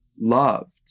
loved